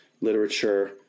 literature